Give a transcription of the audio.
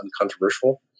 uncontroversial